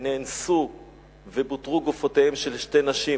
נאנסו ובותרו גופותיהן של שתי נשים,